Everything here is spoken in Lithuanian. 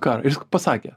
ką pasakė